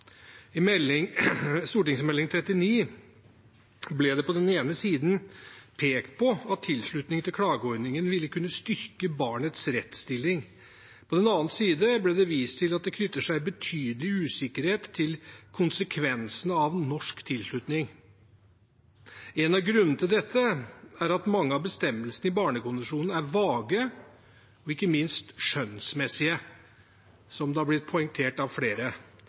I Meld. St. 39 for 2015–2016 ble det på den ene siden pekt på at tilslutning til klageordningen ville kunne styrke barnets rettsstilling. På den andre siden ble det vist til at det knytter seg betydelig usikkerhet til konsekvensene av norsk tilslutning. En av grunnene til dette er at mange av bestemmelsene i barnekonvensjonen er vage og ikke minst skjønnsmessige – som det er blitt poengtert av flere